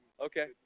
Okay